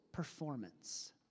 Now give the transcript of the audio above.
performance